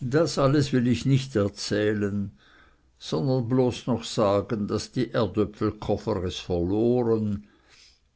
das alles will ich nicht erzählen sondern bloß noch sagen daß die erdöpfelkofer es verloren